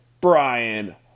Brian